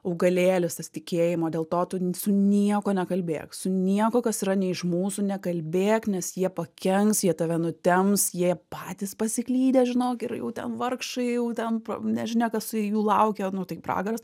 augalėlis tas tikėjimo dėl to tu su niekuo nekalbėk su niekuo kas yra ne iš mūsų nekalbėk nes jie pakenks jie tave nutemps jie patys pasiklydę žinok yra jau ten vargšai jau ten pro nežinia kas jų laukia nu tai pragaras